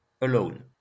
alone